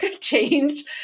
change